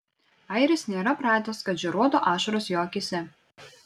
airis nėra pratęs kad žėruotų ašaros jo akyse